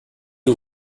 who